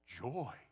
joy